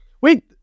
Wait